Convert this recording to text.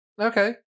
Okay